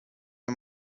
nie